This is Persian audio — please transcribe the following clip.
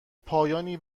پایانی